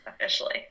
officially